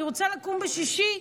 אני רוצה לקום בשישי,